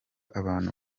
abantu